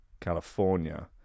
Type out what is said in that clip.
California